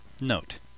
Note